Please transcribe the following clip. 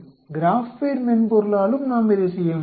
GraphPad மென்பொருளாலும் நாம் இதைச் செய்ய முடியும்